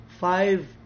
five